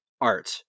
art